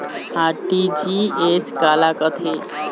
RTGS काला कथें?